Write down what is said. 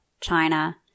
China